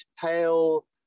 pale